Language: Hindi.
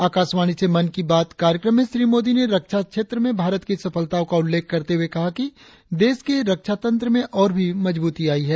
आकाशवाणी से मन की बात कार्यक्रम में श्री मोदी ने रक्षा क्षेत्र में भारत की सफलताओं का उल्लेख करते हुए कहा कि देश के रक्षा तंत्र में और भी मजबूती आई है